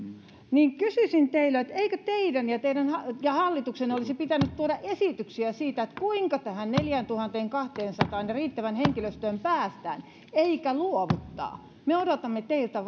niinpä kysyisin teiltä eikö teidän ja hallituksen olisi pitänyt tuoda esityksiä siitä kuinka tähän neljääntuhanteenkahteensataan ja riittävään henkilöstöön päästään eikä luovuttaa me odotamme teiltä